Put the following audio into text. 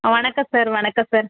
வணக்கம் சார் வணக்கம் சார்